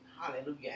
hallelujah